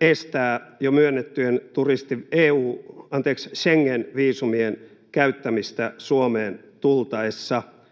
estää jo myönnettyjen turisti- ja Schengen-viisumien käyttämistä Suomeen tultaessa.